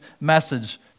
message